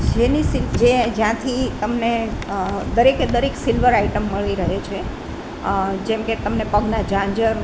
જેની જે જ્યાંથી તમને દરેકે દરેક સિલ્વર આઈટમ મળી રહે છે જેમ કે તમને પગના ઝાંઝર